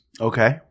Okay